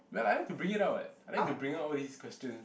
ya lah I like to bring it out [what] I like to bring out all these questions